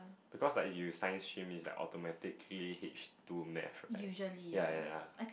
because like if you Science stream is like automatically H two math right ya ya ya